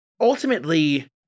ultimately